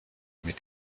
mit